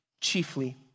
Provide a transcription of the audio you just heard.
chiefly